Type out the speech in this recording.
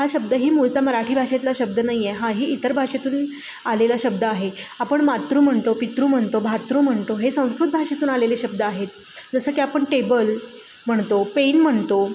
हा शब्द ही मूळचा मराठी भाषेतला शब्द नाही आहे हा ही इतर भाषेतून आलेला शब्द आहे आपण मातृ म्हणतो पितृ म्हणतो भातृ म्हणतो हे संस्कृत भाषेतून आलेले शब्द आहेत जसं की आपण टेबल म्हणतो पेन म्हणतो